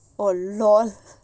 oh LOL